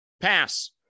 Pass